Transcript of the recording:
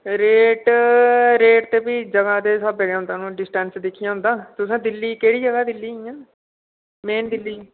rate rate ते फ्ही जगह् दे स्हाबें गै होंदा डिस्टेंस दिक्खियै गै होंदा तुसें दिल्ली केह्ड़ी जगह दिल्ली इ'यां मेन दिल्ली